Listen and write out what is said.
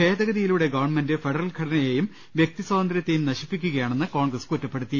ഭേദഗതിയിലൂടെ government federal ഘടനയെയും വ്യക്തി സ്വാതന്ത്ര്യത്തെയും നശിപ്പിക്കുകയാണെന്ന് കോൺഗ്രസ് കുറ്റപ്പെടുത്തി